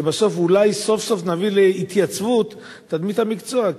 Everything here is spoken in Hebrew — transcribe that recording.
שבסוף אולי סוף-סוף נביא להתייצבות תדמית המקצוע.